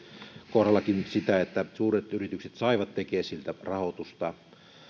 kohdalla sitä että suuret yritykset saivat tekesiltä rahoitusta